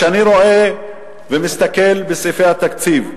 כשאני מסתכל ורואה את סעיפי התקציב,